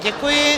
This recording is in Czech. Děkuji.